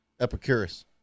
Epicurus